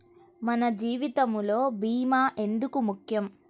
మన జీవితములో భీమా ఎందుకు ముఖ్యం?